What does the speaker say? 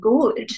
good